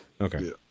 Okay